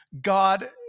God